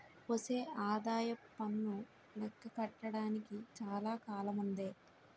ఒసే ఆదాయప్పన్ను లెక్క కట్టడానికి చాలా కాలముందే